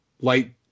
Light